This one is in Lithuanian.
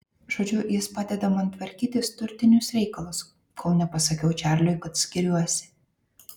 žodžiu jis padeda man tvarkytis turtinius reikalus kol nepasakiau čarliui kad skiriuosi